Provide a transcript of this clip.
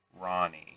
Ronnie